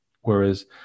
whereas